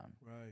Right